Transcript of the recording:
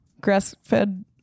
Grass-fed